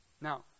Now